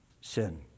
Sin